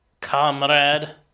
comrade